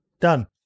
Done